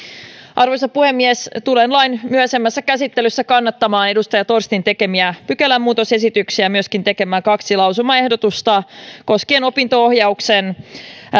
arvoisa puhemies tulen lain myöhäisemmässä käsittelyssä kannattamaan edustaja torstin tekemiä pykälämuutosesityksiä ja myös tekemään kaksi lausumaehdotusta kos kien opinto ohjauksen